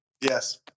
Yes